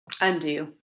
Undo